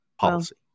policy